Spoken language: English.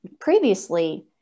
previously